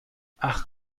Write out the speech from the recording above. ach